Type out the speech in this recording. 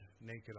naked